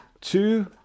two